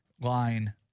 line